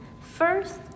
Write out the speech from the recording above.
First